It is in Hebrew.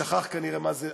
ששכח כנראה מה זה,